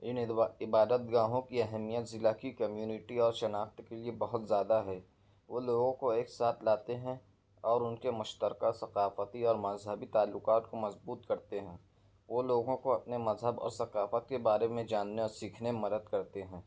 ان عبادت گاہوں کی اہمیت ضلع کی کمیونٹی اور شناخت کے لیے بہت زیادہ ہے وہ لوگوں کو ایک ساتھ لاتے ہیں اور ان کے مشترکہ ثقافتی اور مذہبی تعلقات کو مضبوط کرتے ہیں وہ لوگوں کو اپنے مذہب اور ثقافت کے بارے میں جاننے اور سیکھنے میں مدد کرتے ہیں